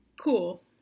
cool